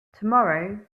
tomorrow